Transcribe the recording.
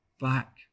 back